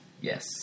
Yes